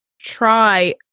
try